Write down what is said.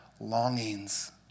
longings